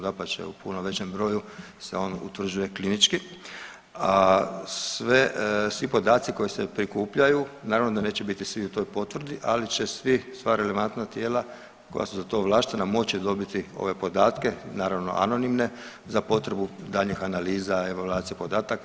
Dapače, u puno većem broju se on utvrđuje klinički, a svi podaci koji se prikupljaju naravno da neće biti u toj potvrdi, ali će sva relevantna tijela koja su za to ovlaštena moći dobiti ove podatke, naravno anonimne za potrebu daljnjih analiza, evaluaciju podataka.